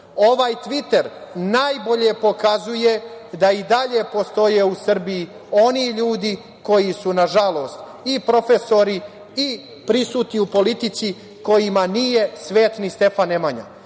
Ovaj „tviter“ najbolje pokazuje da i dalje postoje u Srbiji oni ljudi koji su, nažalost i profesori i prisutni u politici kojima nije svet ni Stefan